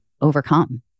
overcome